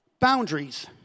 boundaries